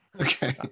okay